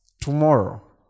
tomorrow